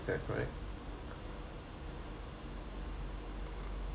mmhmm